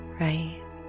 right